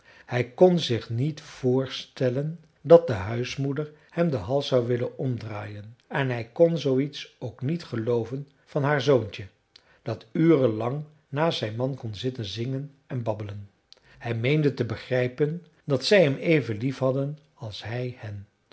hij kon zich niet voorstellen dat de huismoeder hem den hals zou willen omdraaien en hij kon zooiets ook niet gelooven van haar zoontje dat uren lang naast zijn mand kon zitten zingen en babbelen hij meende te begrijpen dat zij hem even liefhadden als hij hen